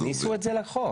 שיכניסו את זה לחוק.